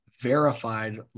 verified